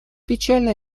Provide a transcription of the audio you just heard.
печально